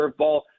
curveball